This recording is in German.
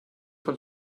von